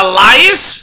Elias